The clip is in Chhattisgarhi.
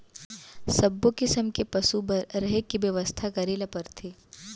सब्बो किसम के पसु बर रहें के बेवस्था करे ल परथे